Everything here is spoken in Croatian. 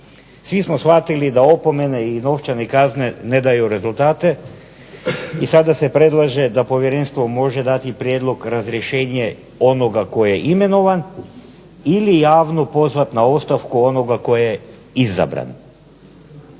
svi smo shvatili da opomene i novčane kazne ne daju rezultate i sada se predlaže da povjerenstvo može dati prijedlog razrješenje onoga tko je imenovan ili javno pozvat na ostavku onoga tko je izabran.